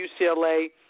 UCLA